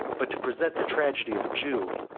but to present the tragedy of a jew,